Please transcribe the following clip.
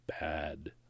bad